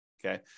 Okay